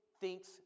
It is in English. thinks